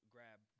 grab